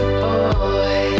boy